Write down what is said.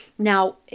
Now